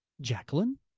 Jacqueline